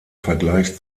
vergleich